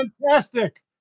fantastic